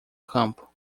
campo